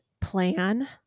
plan